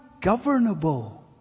governable